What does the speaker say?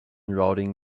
routing